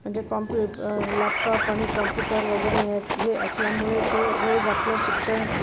म्हणजे कॉम्प्यु लॅपटॉप आणि कॉम्प्युटर वगैरे ह्यात हे असल्यामुळे ते रोज आपलं शिक्षण